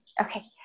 Okay